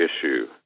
issue